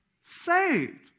saved